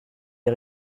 est